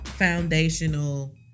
Foundational